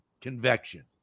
Convection